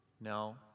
No